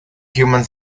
human